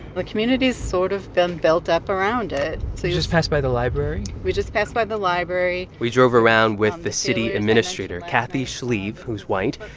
but community has sort of been built up around it we so just passed by the library we just passed by the library we drove around with the city administrator, kathy schlieve, who's white.